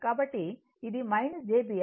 కాబట్టి ఇది jB L అవుతుంది